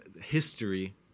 history